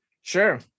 sure